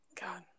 God